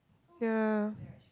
ya